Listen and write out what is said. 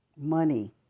money